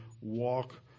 walk